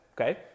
okay